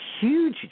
huge